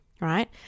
Right